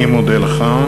אני מודה לך.